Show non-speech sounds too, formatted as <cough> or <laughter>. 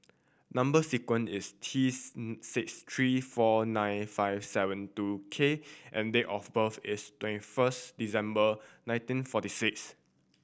number sequence is T <unintelligible> six three four nine five seven two K and date of birth is twenty first December nineteen forty six